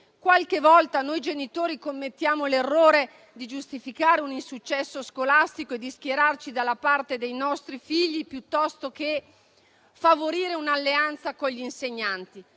Qualche volta noi genitori commettiamo l'errore di giustificare un insuccesso scolastico e di schierarci dalla parte dei nostri figli, piuttosto che favorire un'alleanza con gli insegnanti.